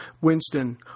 Winston